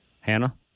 Hannah